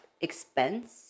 expense